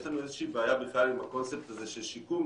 יש לנו איזה שהיא בעיה בכלל עם הקונספט הזה של שיקום,